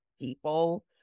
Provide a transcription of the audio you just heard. people